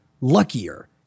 luckier